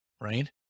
Right